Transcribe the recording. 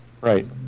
Right